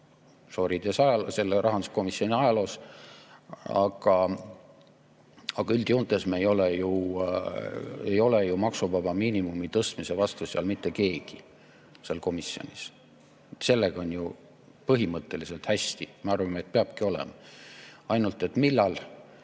sorides rahanduskomisjoni ajaloos. Aga üldjoontes ei ole ju maksuvaba miinimumi tõstmise vastu mitte keegi seal komisjonis. Sellega on ju põhimõtteliselt hästi. Me arvame, et see peabki olema. Ainult et millal